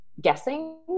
Guessing